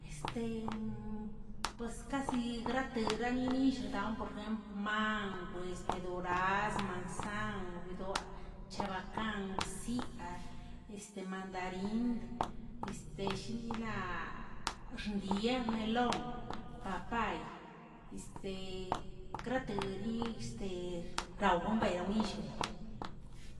pues casi grate graninillꞌxdawꞌ por jempl mankweꞌ dorazm mansan bdoꞌe chabakan bsiꞌaꞌa este mandarink shiniꞌila'a xndia melon papay este kratriꞌi este wenbeꞌe yillben.